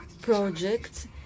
projects